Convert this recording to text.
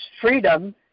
freedom